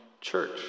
church